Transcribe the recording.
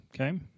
okay